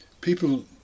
People